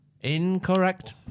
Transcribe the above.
Incorrect